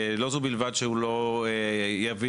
אנחנו יודעים שלא נעשה בו הרבה שימוש,